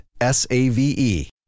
S-A-V-E